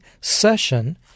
session